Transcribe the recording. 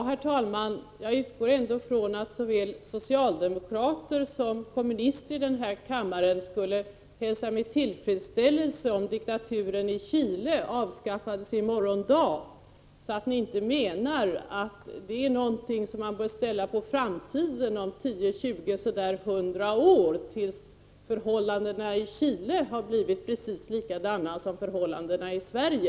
Herr talman! Jag utgår ändå från att såväl socialdemokrater som kommunister här i kammaren skulle hälsa med tillfredsställelse om diktaturen i Chile avskaffades i morgon dag, dvs. att ni inte menar att detta är något som man bör vänta med 10, 20 eller kanske 100 år, tills förhållandena i Chile har blivit precis likadana som i Sverige.